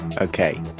Okay